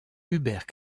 hubert